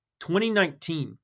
2019